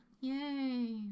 Yay